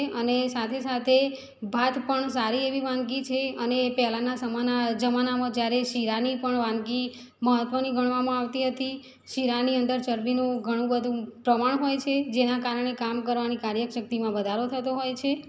અને સાથે સાથે ભાત પણ સારી એવી વાનગી છે અને પહેલાનાં સમાના જમાનામાં જ્યારે શીરાની પણ વાનગી મહત્ત્વની ગણવામાં આવતી હતી શીરાની અંદર ચરબીનું ઘણું બધું પ્રમાણ હોય છે જેનાં કારણે કામ કરવાની કાર્યશક્તિમાં વધારો થતો હોય છે